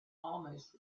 almost